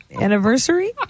anniversary